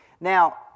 Now